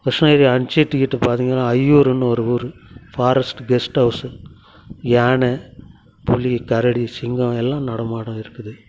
கிருஷ்ணகிரி அன்சித்கிட்ட பார்த்தீங்கன்னா ஐயூருன்னு ஒரு ஊர் ஃபாரஸ்ட்டு கெஸ்ட் ஹவுஸ்ஸு யானை புலி கரடி சிங்கம் எல்லாம் நடமாட இருக்குது